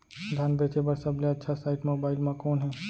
धान बेचे बर सबले अच्छा साइट मोबाइल म कोन हे?